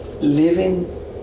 living